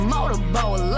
Motorboat